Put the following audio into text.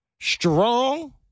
strong